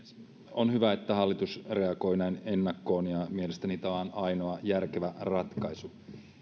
on hyvä että hallitus reagoi näin ennakkoon ja mielestäni tämä on ainoa järkevä ratkaisu